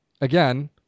Again